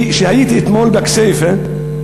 וכשהייתי אתמול בכסייפה,